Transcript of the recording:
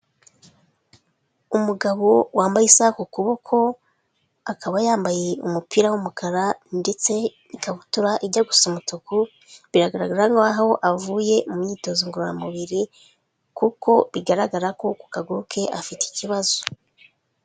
Umugabo wambaye isaha ku kuboko, akaba yambaye umupira w'umukara ndetse ikabutura ijya gusa umutuku, biragaragara nkaho avuye mu myitozo ngororamubiri kuko bigaragara ko ku kaguru ke afite ikibazo.